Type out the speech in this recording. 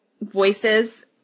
voices